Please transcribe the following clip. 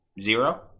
Zero